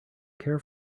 care